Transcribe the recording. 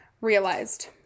realized